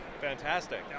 fantastic